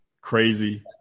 crazy